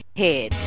head